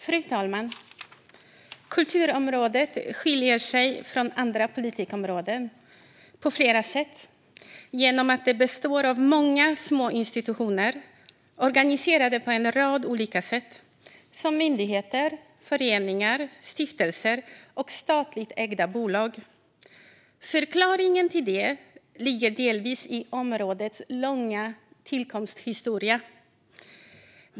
Fru talman! Kulturområdet skiljer sig från andra politikområden på flera sätt genom att det består av många små institutioner organiserade på en rad olika sätt, som myndigheter, föreningar, stiftelser och statligt ägda bolag. Förklaringen till detta ligger delvis i områdets långa tillkomsthistoria.